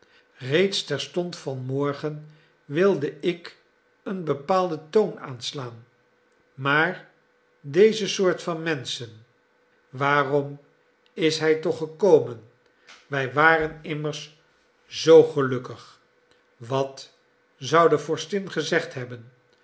reeds terstond vanmorgen wilde ik een bepaalden toon aanslaan maar deze soort van menschen waarom is hij toch gekomen wij waren immers zoo gelukkig wat zou de vorstin gezegd hebben